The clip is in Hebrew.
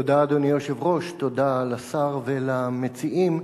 תודה, אדוני היושב-ראש, תודה לשר ולמציעים.